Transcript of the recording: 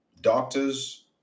doctors